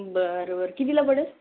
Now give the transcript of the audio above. बरं बरं कितीला पडेल